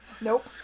Nope